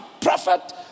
prophet